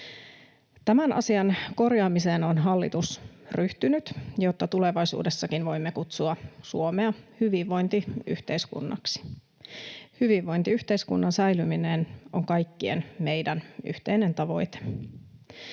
Tämän asian korjaamiseen on hallitus ryhtynyt, jotta tulevaisuudessakin voimme kutsua Suomea hyvinvointiyhteiskunnaksi. Hyvinvointiyhteiskunnan säilyminen on kaikkien meidän yhteinen tavoite.